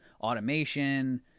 automation